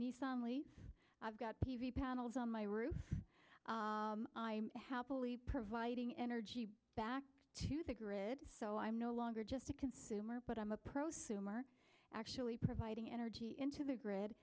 nissan leaf i've got p v panels on my roof i'm happily providing energy back to the grid so i'm no longer just a consumer but i'm a prosumer actually providing energy into the grid